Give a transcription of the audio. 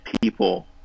people